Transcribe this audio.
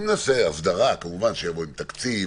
אם נעשה הסדרה, כמובן הוא יבוא עם תקציב